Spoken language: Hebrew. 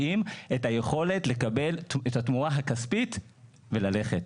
את היכולת לקבל את התמורה הכספית וללכת.